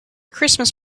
christmas